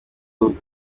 umuntu